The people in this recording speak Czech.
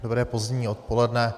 Dobré pozdní odpoledne.